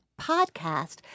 podcast